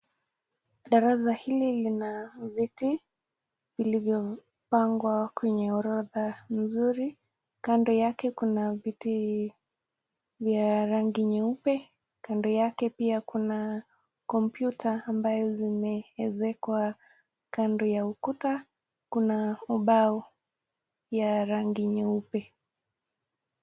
Darasa hili lina viti ilivyopangwa kwenye orodha mzuri. Kando yake kuna viti vya rangi nyeupe. Kando yake pia kuna kompyuta ambao zimeekezwa kando ya ukuta kuna ubao ya rangi nyeupe.